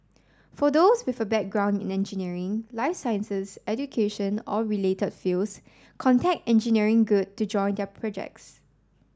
for those with a background in engineering life sciences education or related fields contact Engineering Good to join their projects